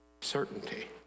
certainty